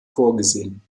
vorgesehen